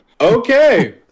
Okay